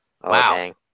wow